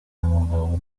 umugabo